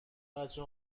بچه